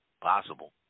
Possible